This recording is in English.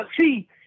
see